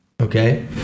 okay